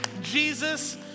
Jesus